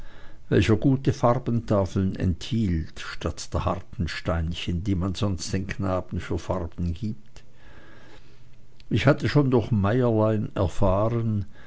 welcher gute farbentafeln enthielt statt der harten steinchen die man sonst den knaben für farben gibt ich hatte schon durch meierlein erfahren